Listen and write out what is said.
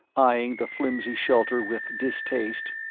eying the flimsy shelter with distaste.